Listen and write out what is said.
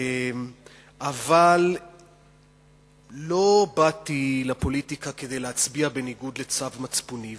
אבל לא באתי לפוליטיקה כדי להצביע בניגוד לצו מצפוני.